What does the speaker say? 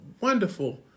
wonderful